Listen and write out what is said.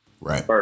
Right